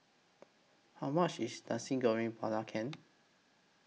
How much IS Nasi Goreng Belacan